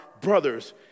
brothers